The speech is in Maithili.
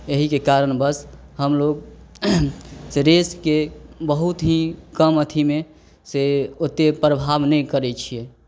एहिके कारणवश हमलोग से रेसके बहुत ही कम अथिमे से ओतेक प्रभाव नहि करै छियै